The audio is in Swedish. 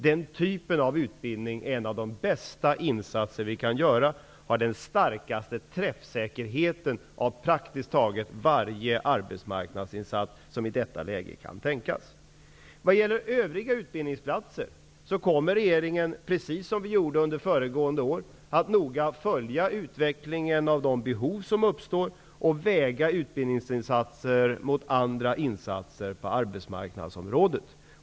Den typen av utbildning är en av de bästa insatser vi kan göra. Den har den största träffsäkerheten av praktiskt taget alla arbetsmarknadsinsatser som i detta läge kan tänkas. Vad gäller övriga utbildningsplatser kommer regeringen, precis som vi gjorde under föregående år, att noga följa utvecklingen av de behov som uppstår och väga utbildningsinsatser mot andra insatser på arbetsmarknadsområdet.